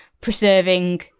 preserving